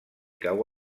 cau